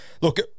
look